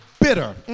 bitter